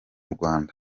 rwanda